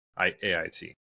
AIT